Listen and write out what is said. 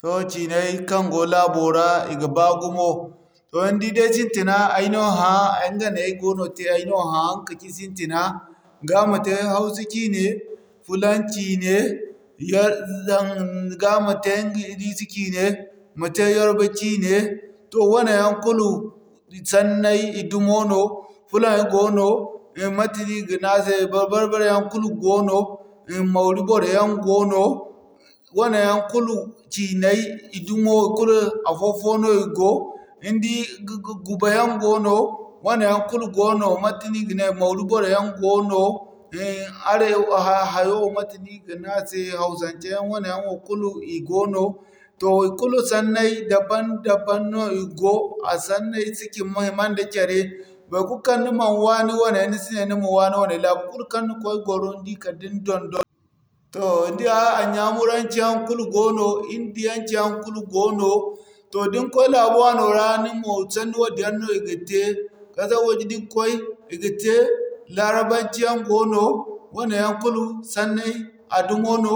Sohõ ciinay kaŋ go laabo ra i ga baa gumo. Toh ni di day sohõ sintina, Ayneha ɲga ne ay go no tey ya, Ayneha ɲga kaci sintina ga ma te Hausa ciine, Fulaŋ ciine, ga ma te Ingilisi ciine, ma te Yorbo ciine. Toh wane yaŋ kulu i sanney, i dumo no, Fulaŋay goono, mate no i ga ne a se, Ba'barbare yaŋ kulu goono, Mauri boroyaŋ goono, waney yaŋ kulu, ciiney i dumo kulu afo-fo no i go. Ni di Guba yaŋ goono, waneyaŋ kulu goono mate no i ga ne Mauri boroyaŋ goono, Arewa hayo mate no i ga ney a se, Hausance yaŋ wane yaŋ wo kulu i goono. Toh i kulu sanney dabam-dabam no i go, i sanney si hima nda care. Baykulu kaŋ ni mana waani wane ni si ne ni ma waani wane, laabu kulu kaŋ ni koy gwaro ni di kala da ni don-don. Toh ni di Ɲyamuranci yaŋ kulu goono, Indiyanci yaŋ kulu goono, toh da ni koy laabu wano ra ni mo sanni wadin yaŋ no i ga te. Kasar waje da ni koy, i ga te Larabanci yaŋ goono, waneyaŋ kulu sanney a dumo no